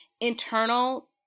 internal